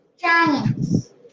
Giants